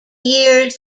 years